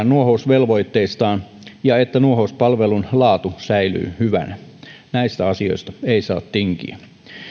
nuohousvelvoitteestaan ja että nuohouspalvelun laatu säilyy hyvänä näistä asioista ei saa tinkiä